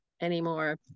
anymore